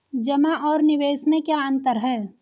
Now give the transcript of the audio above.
जमा और निवेश में क्या अंतर है?